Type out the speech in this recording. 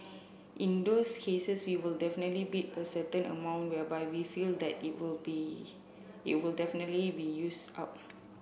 in those cases we will definitely bid a certain amount whereby we feel that it will be it will definitely be used up